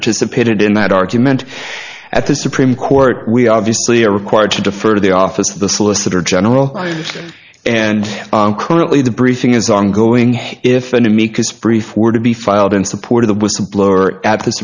participated in that argument at the supreme court we obviously are required to defer to the office of the solicitor general and currently the briefing is ongoing if an amicus brief were to be filed in support of the whistleblower at the